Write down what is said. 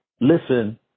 listen